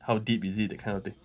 how deep is it that kind of thing